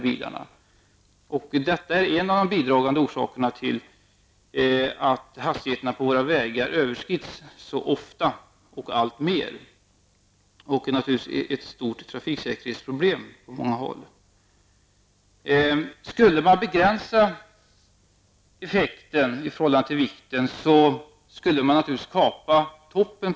Detta är en av de bidragande orsakerna till att hastighetsgränserna på våra vägar överskrids så ofta. Detta är naturligtvis ett stort trafiksäkerhetsproblem på många håll. Om effekten skulle begränsas i förhållande till vikten skulle man naturligtvis kapa toppen.